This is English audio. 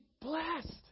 blessed